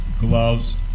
gloves